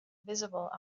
visible